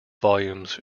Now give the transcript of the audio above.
volumes